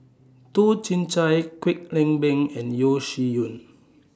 Toh Chin Chye Kwek Leng Beng and Yeo Shih Yun